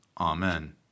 Amen